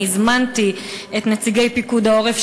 אני הזמנתי את נציגי פיקוד העורף,